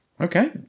okay